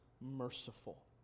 merciful